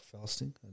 fasting